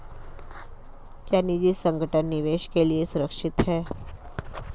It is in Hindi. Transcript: क्या निजी संगठन निवेश के लिए सुरक्षित हैं?